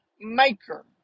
maker